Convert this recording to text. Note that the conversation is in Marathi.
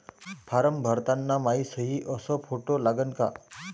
फारम भरताना मायी सयी अस फोटो लागन का?